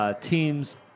teams